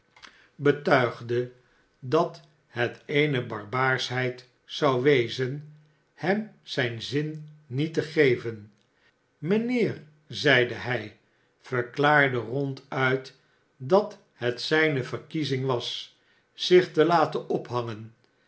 betuigde dat het eene barbaarschheid zou wezen hem zijn zin niet te geven mijnheer zeide hij verklaarde ronduit dat het zijne verkiezing was zich te laten ophangen